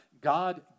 God